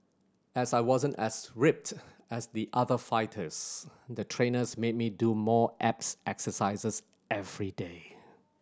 as I wasn't as ripped as the other fighters the trainers made me do more abs exercises everyday